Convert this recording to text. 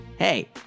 Hey